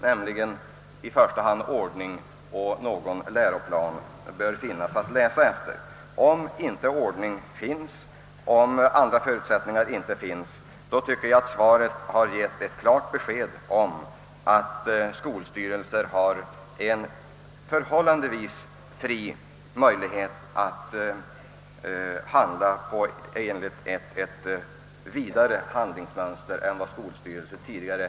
I första hand bör det råda ordning och någon läroplan bör finnas att läsa efter. Uppfylles ej dessa förutsättningar tycker jag att svaret har givit klart besked om att skolstyrelserna har möjlighet att agera enligt ett vidare handlingsmönster än de tidigare ansett sig kunna göra.